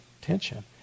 Tension